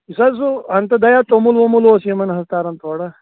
یُس حظ سُہ انٛت دیٛا توٚمُل ووٚمُل اوس یِمن حظ تران تھوڑا